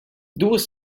duas